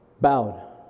bowed